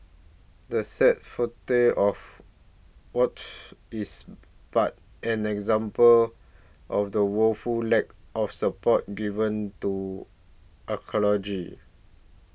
the sad fate of Wot is but an example of the woeful lack of support given to archaeology